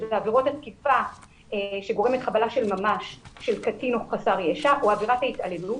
עבירות התקיפה שגורמת חבלה של ממש לקטין או לחסר ישע או עבירת ההתעללות,